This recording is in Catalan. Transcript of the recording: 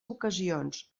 ocasions